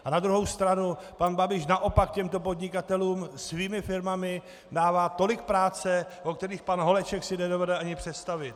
A na druhou stranu, pan Babiš naopak těmto podnikatelům svými firmami dává tolik práce, kterou pan Holeček si ani nedovede představit.